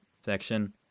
section